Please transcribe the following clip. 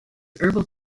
herbal